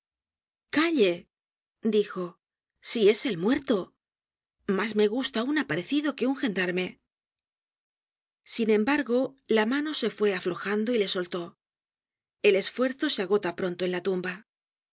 calle dijo si es el muerto mas me gusta un aparecido que un gendarme sin embargo la mano se fue aflojando y le soltó el esfuerzo se agota pronto en la tumba